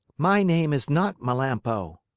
my name is not melampo,